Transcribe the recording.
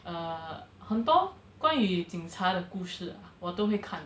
err 很多关于警察的故事我都会看的